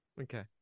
Okay